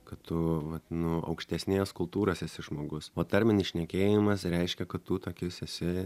kad tu vat nu aukštesnės kultūros esi žmogus o tarminis šnekėjimas reiškia kad tu tokis esi